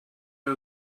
you